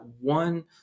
one